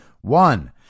one